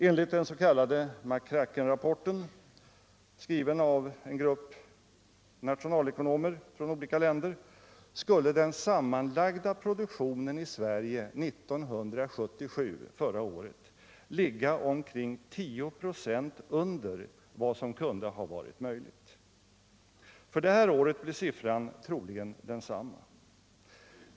Enligt den s.k. McCrackenrapporten, skriven av en grupp nationalekonomer från olika länder och uppkallad efter den amerikanske professor som på uppdrag av OECD ledde gruppen, skulle den sammanlagda produktionen i Sverige 1977 ligga omkring 10 ?å under vad som kunde ha varit möjligt. För 1978 blir siffran troligen densamma.